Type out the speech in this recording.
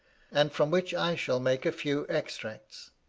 and from which i shall make a few extracts.